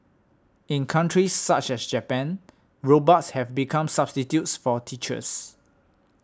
in countries such as Japan robots have become substitutes for teachers